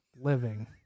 living